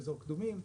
באזור קדומים ובעצם,